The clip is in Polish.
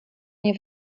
nie